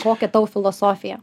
kokia tavo filosofija